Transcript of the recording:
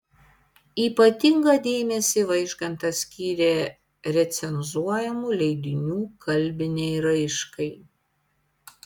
ypatingą dėmesį vaižgantas skyrė recenzuojamų leidinių kalbinei raiškai